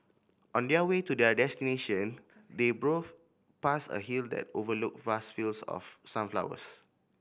on their way to their destination they past a hill that overlooked vast fields of sunflowers